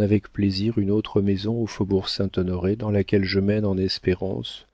avec plaisir une autre maison au faubourg saint-honoré dans laquelle je mène en espérance